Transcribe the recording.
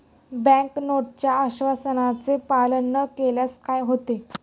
Bank नोटच्या आश्वासनाचे पालन न केल्यास काय होते?